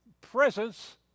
presence